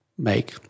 make